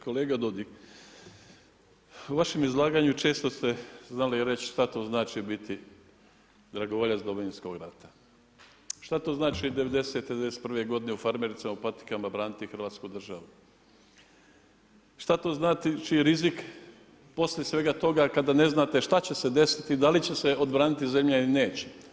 Kolega Dodig u vašem izlaganju često ste znali reći što to znači biti dragovoljac Domovinskog rata, što to znači 90., 91. u farmericama, u patikama braniti Hrvatsku državu, što to znači rizik poslije svega toga kada ne znate što će se desiti, da li će se odbraniti zemlja ili neće.